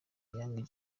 young